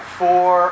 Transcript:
four